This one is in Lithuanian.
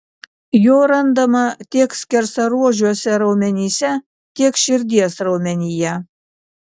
jo randama tiek skersaruožiuose raumenyse tiek širdies raumenyje